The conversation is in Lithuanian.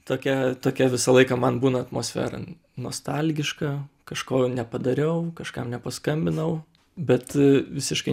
tokia tokia visą laiką man būna atmosfera nostalgiška kažko nepadariau kažkam nepaskambinau bet visiškai